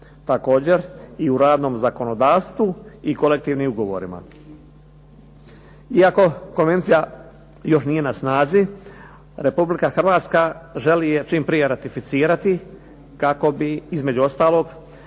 Također i u radnom zakonodavstvu i kolektivnim ugovorima. Iako konvencija još nije na snazi Republika Hrvatska želi je čim prije ratificirati kako bi između ostalog